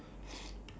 ya